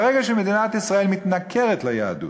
ברגע שמדינת ישראל מתנכרת ליהדות,